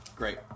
Great